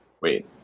Wait